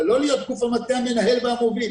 אבל לא להיות גוף המטה המנהל והמוביל.